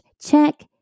Check